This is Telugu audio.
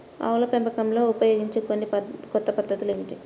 ఆవుల పెంపకంలో ఉపయోగించే కొన్ని కొత్త పద్ధతులు ఏమిటీ?